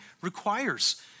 requires